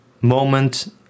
moment